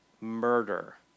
murder